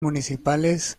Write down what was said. municipales